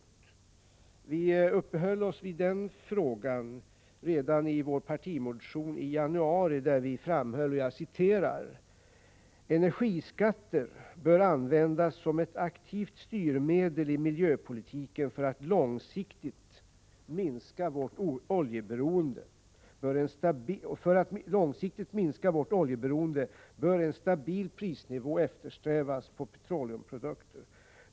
Redan i januari uppehöll vi oss vid denna fråga i vår partimotion, där vi framhöll: Energiskatter bör användas som ett aktivt styrmedel i miljöpolitiken. För att långsiktigt minska vårt oljeberoende bör en stabil prisnivå eftersträvas på petroleumprodukter.